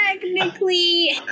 Technically